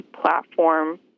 platform